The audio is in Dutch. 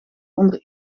onder